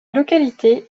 localité